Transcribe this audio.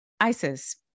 Isis